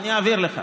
אני אעביר לך.